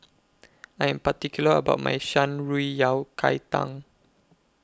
I Am particular about My Shan Rui Yao Cai Tang